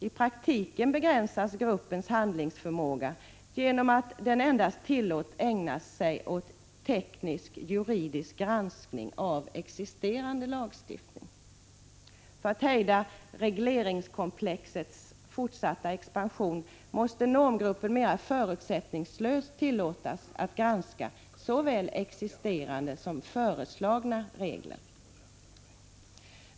I praktiken begränsas normgruppens handlingsförmåga genom att den endast tillåts ägna sig åt teknisk-juridisk granskning av existerande lagstiftning. För att hejda regleringskomplexets fortsatta expansion måste normgruppen mera förutsättningslöst tillåtas granska såväl existerande som föreslagna regler.